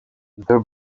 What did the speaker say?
the